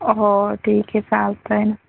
हो ठीक आहे चालत आहे ना